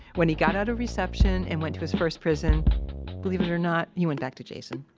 when he got out of reception and went to his first prison believe it or not, he went back to jason.